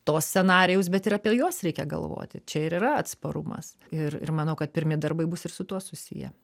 to scenarijaus bet ir apie juos reikia galvoti čia ir yra atsparumas ir ir manau kad pirmi darbai bus ir su tuo susiję